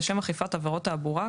לשם אכיפת הפרות תעבורה,